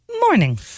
Morning